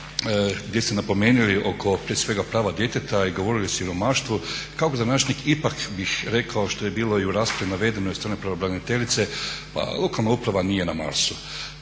gdje ste napomenuli oko prije svega prava djeteta i govorili o siromaštvu kao gradonačelnik ipak bih rekao što je bilo i u raspravama navedeno i od strane pravobraniteljice, pa lokalna uprava nije na Marsu.